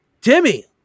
Timmy